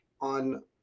on